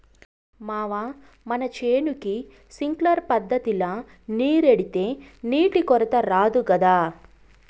మావా మన చేనుకి సింక్లర్ పద్ధతిల నీరెడితే నీటి కొరత రాదు గదా